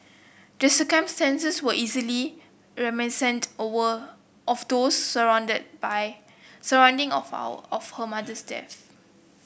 the circumstances were easily reminiscent over of those surrounded by surrounding of our of her mother's death